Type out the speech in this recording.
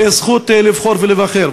לזכות לבחור ולהיבחר.